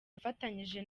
afatanyije